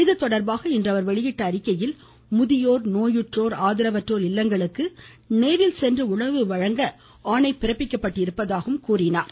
இது தொடர்பாக இன்று அவர் வெளியிட்டுள்ள அறிக்கையில் முதியோர் நோயுற்றோர் ஆதவற்றோர் இல்லங்களுக்கு நேரில் சென்று உணவு வழங்க ஆணை பிறப்பிக்கப்பட்டதாக கூறியுள்ளார்